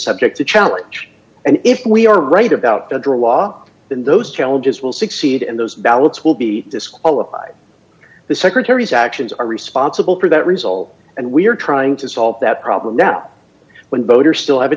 subject to challenge and if we are right about to draw in those challenges will succeed and those ballots will be disqualified the secretary's actions are responsible for that result and we're trying to solve that problem now when voters still have a